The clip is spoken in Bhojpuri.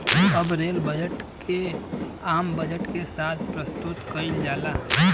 अब रेल बजट के आम बजट के साथ प्रसतुत कईल जाला